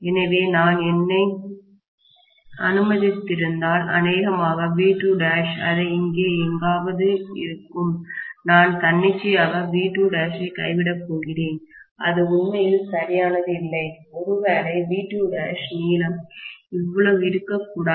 எனவே நான் என்னை அனுமதித்திருந்தால் அநேகமாக V2' அதை இங்கே எங்காவது இருக்கும் நான் தன்னிச்சையாக V2' கைவிடப் போகிறேன் அது உண்மையில் சரியானது இல்லை ஒருவேளை V2' நீளம் இவ்வளவு இருக்கக்கூடாது